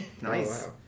Nice